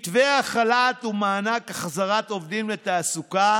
מתווה החל"ת ומענק החזרת עובדים לתעסוקה